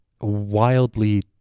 wildly